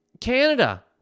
Canada